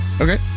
Okay